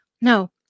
No